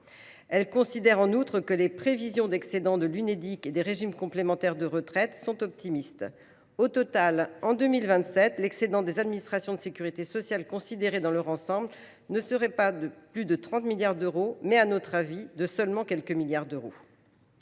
Elle considère en outre que les prévisions d’excédents de l’Unédic et des régimes complémentaires de retraite sont également optimistes. Au total, en 2027, l’excédent des administrations de sécurité sociale, considérées dans leur ensemble, ne s’élèverait pas à plus de 30 milliards d’euros, mais, à notre avis, à quelques milliards d’euros